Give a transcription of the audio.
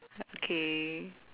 okay